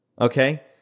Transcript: Okay